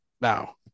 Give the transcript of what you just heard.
now